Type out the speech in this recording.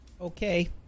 Okay